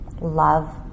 Love